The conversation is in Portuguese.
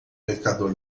mercador